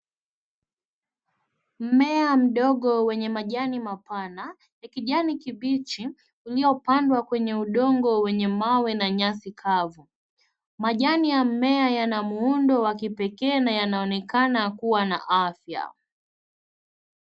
Mmea mdogo wenye majani mapana ya kijani kibichi uliopandwa kwenye udongo wenye mawe na nyasi kavu. Majani ya mmea yana muundo wa kipekee na yanaonekana kuwa na afya.